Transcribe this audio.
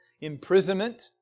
Imprisonment